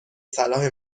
صلاح